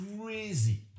crazy